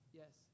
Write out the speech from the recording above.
yes